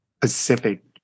Pacific